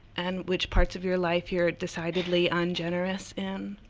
and which parts of your life you're decidedly ungenerous in.